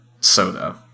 soda